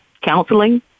counseling